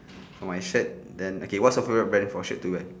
for my shirt then okay what's your favourite brand for shirt to wear